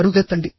పరుగెత్తండి